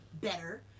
better